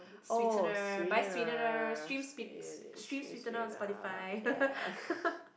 oh sweetener sweet sweet sweet uh yeah